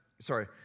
sorry